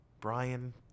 Brian